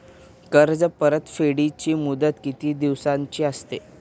कर्ज परतफेडीची मुदत किती दिवसांची असते?